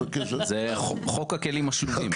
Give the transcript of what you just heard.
זה חוק הכלים השלובים.